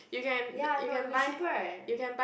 ya I know it'll be cheaper right